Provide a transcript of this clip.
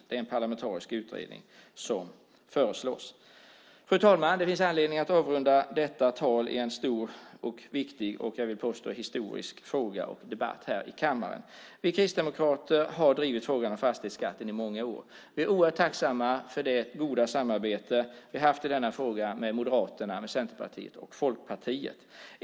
Det är en parlamentarisk utredning som föreslås. Fru talman! Det finns anledning att avrunda detta tal i en stor och viktig och, vill jag påstå, historisk fråga och debatt här i kammaren. Vi kristdemokrater har drivit frågan om fastighetsskatten i många år. Vi är oerhört tacksamma för det goda samarbete vi har haft i denna fråga med Moderaterna, Centerpartiet och Folkpartiet.